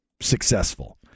successful